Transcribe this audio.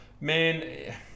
Man